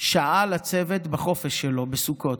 שעה לצוות בחופשה שלו בסוכות.